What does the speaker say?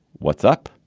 what's up?